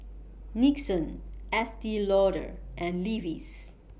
Nixon Estee Lauder and Levi's